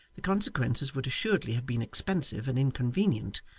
the consequences would assuredly have been expensive and inconvenient,